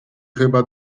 chyba